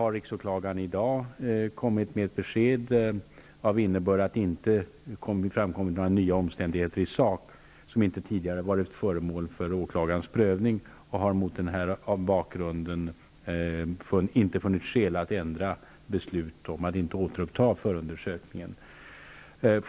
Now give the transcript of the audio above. Riksåklagaren har kommit med beskedet att det inte har framkommit några nya omständigheter i sak som inte tidigare har varit föremål för åklaga rens prövning. Mot den bakgrunden har han inte funnit skäl att ändra beslu tet om att inte återuppta förundersökningen.